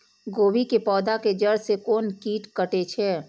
गोभी के पोधा के जड़ से कोन कीट कटे छे?